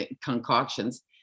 concoctions